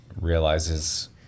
realizes